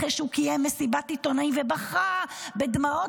לאחר שהוא קיים מסיבת עיתונאים ובכה בדמעות